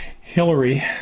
Hillary